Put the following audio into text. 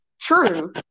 true